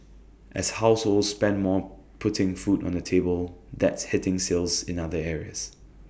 as households spend more putting food on the table that's hitting sales in other areas